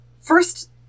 first